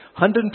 120